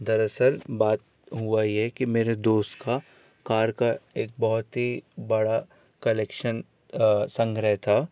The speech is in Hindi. दरअसल बात हुआ ये की मेरे दोस्त का कार का एक बहुत ही बड़ा कलेक्शन संग्रह था